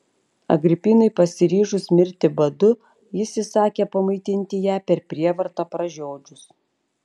agripinai pasiryžus mirti badu jis įsakė pamaitinti ją per prievartą pražiodžius